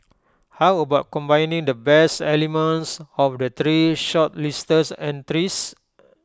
how about combining the best elements of the three shortlisted entries